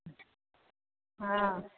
हा